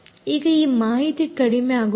ಈಗ ಈ ಮಾಹಿತಿ ಕಡಿಮೆ ಆಗುತ್ತದೆ